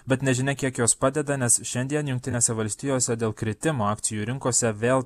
bet nežinia kiek jos padeda nes šiandien jungtinėse valstijose dėl kritimo akcijų rinkose vėl